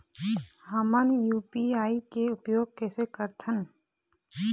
हमन यू.पी.आई के उपयोग कैसे करथें?